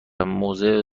موضع